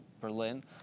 Berlin